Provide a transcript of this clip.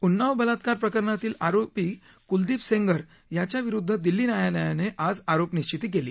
उन्नाव बलात्कार प्रकरणातील आरोपी कुलदिप सेंगर यांच्या विरुद्ध दिल्ली न्यायालयाने आज आरोपनिश्वती केली